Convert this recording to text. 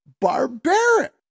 barbaric